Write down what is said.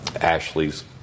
Ashley's